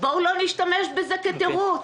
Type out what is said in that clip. בואו לא נשתמש בזה כתירוץ.